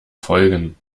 folgen